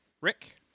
Rick